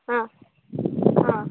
ಆ ಆ